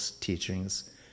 teachings